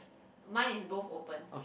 mine is both open